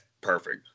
perfect